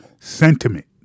sentiment